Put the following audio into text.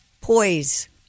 Poise